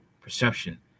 perception